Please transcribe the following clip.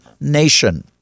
nation